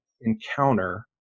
encounter